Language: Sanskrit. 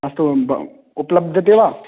अस्तु उपलभ्यते वा